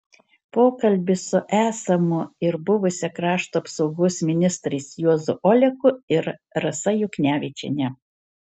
pokalbis su esamu ir buvusia krašto apsaugos ministrais juozu oleku ir rasa juknevičiene